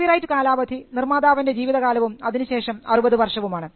copyright കാലാവധി നിർമ്മാതാവിൻറെ ജീവിതകാലവും അതിനുശേഷം 60 വർഷവുമാണ്